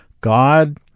God